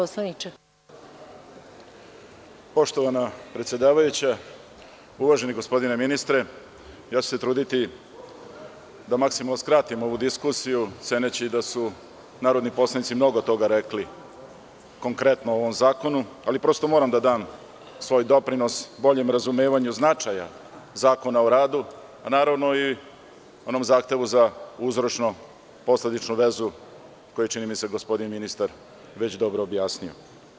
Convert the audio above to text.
Poštovana predsedavajuća, uvaženi gospodine ministre, ja ću se truditi da maksimalno skratim ovu diskusiju, ceneći da su narodni poslanici mnogo toga rekli konkretno o ovom zakonu, ali prosto moram da dam svoj doprinos boljem razumevanju značaja Zakona o radu, a i onom zahtevu za uzročno posledičnu vezu koju je gospodin ministar već dobro objasnio.